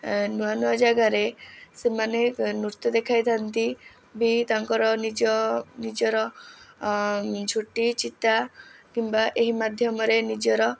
ନୂଆ ନୂଆ ଯାଗାରେ ସେମାନେ ନୃତ୍ୟ ଦେଖାଇ ଥାଆନ୍ତି ବି ତାଙ୍କର ନିଜ ନିଜର ଝୋଟି ଚିତା କିମ୍ବା ଏହି ମାଧ୍ୟମରେ ନିଜର